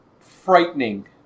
frightening